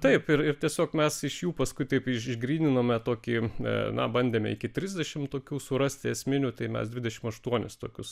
taip ir ir tiesiog mes iš jų paskui taip išgryninome tokį na bandėme iki trisdešimt tokių surasti esminių tai mes dvidešimt aštuonis tokius